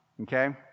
Okay